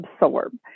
absorb